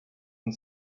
and